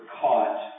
caught